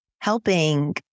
helping